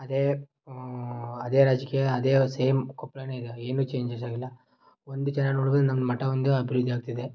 ಅದೇ ಅದೇ ರಾಜಕೀಯ ಅದೇ ಸೇಮ್ ಕೊಪ್ಪಳನೇ ಇದೆ ಏನೂ ಚೇಂಜಸ್ಸಾಗಿಲ್ಲ ಒಂದು ಚೇನ್ ನೋಡ್ಬೇಕಾದ್ರೆ ನಮ್ಮ ಮಠ ಒಂದೇ ಅಭಿವೃದ್ಧಿ ಆಗ್ತಿದೆ